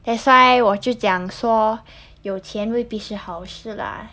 that's why 我就讲说有钱未必是好事 lah